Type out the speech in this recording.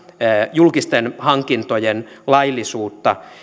julkisten hankintojen laillisuutta